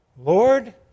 Lord